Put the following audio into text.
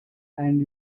and